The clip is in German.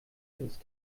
ist